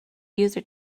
user